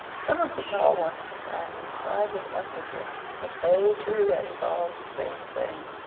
some of the tall one's companions cried with emphasis that they, too, had evolved the same thing,